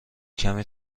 کمی